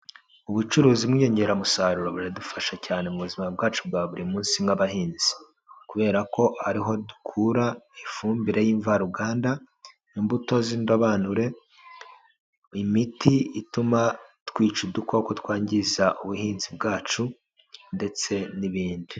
Ubucuruzi bw'inyongeramusaruro buradufasha cyane mu buzima bwacu bwa buri munsi nk'abahinzi. Kubera ko ariho dukura ifumbire y'imvaruganda, imbuto z'indobanure, imiti ituma twica udukoko twangiza ubuhinzi bwacu ndetse n'ibindi.